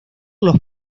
los